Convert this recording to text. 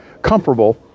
Comfortable